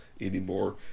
anymore